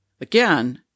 Again